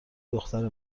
دختر